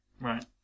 Right